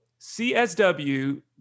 CSW